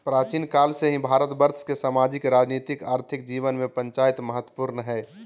प्राचीन काल से ही भारतवर्ष के सामाजिक, राजनीतिक, आर्थिक जीवन में पंचायत महत्वपूर्ण हइ